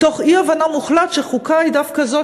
מתוך אי-הבנה מוחלטת שחוקה היא דווקא זאת